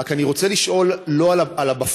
רק אני רוצה לשאול לא על הבפועל,